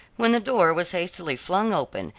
when the door was hastily flung open,